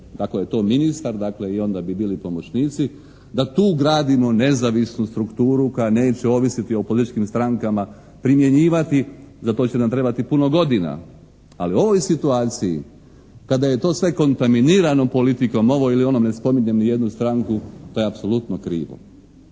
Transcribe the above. ako je to ministar dakle i onda bi bili pomoćnici, da tu gradimo nezavisnu strukturu koja neće ovisiti o političkim strankama, primjenjivati. Za to će nam trebati puno godina, ali u ovoj situaciji kada je to sve kontaminirano politikom ovom ili onom, ne spominjem nijednu stranku, to je apsolutno krivo.